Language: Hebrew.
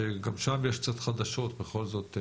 שגם שם יש קצת חדשות, בכל זאת,